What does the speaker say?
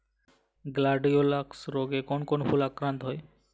Gladiolus রোগে কোন কোন ফুল আক্রান্ত হয়?